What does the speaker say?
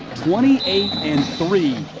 twenty eight and three,